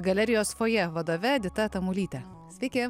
galerijos fojė vadove edita tamulyte sveiki